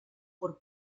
por